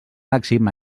màxim